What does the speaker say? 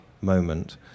moment